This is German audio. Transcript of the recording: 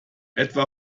etwa